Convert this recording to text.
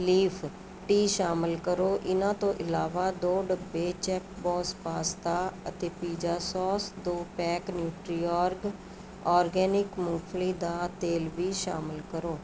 leaf tea ਸ਼ਾਮਿਲ ਕਰੋ ਇਨ੍ਹਾਂ ਤੋਂ ਇਲਾਵਾ ਦੋ ਡੱਬੇ ਛੈਫ਼ ਬੋਸ ਪਾਸਤਾਂ ਅਤੇ ਪੀਜ਼ਾ ਸੌਸ ਦੋ ਪੈਕ ਨਿਊਟ੍ਰੀਓਰਗ ਔਰਗੈਨਿਕ ਮੂੰਗਫ਼ਲੀ ਦਾ ਤੇਲ਼ ਵੀ ਸ਼ਾਮਿਲ ਕਰੋ